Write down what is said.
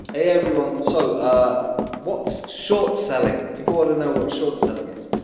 hey everyone, so ah what's short-selling? people want to know what short-selling is.